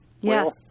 Yes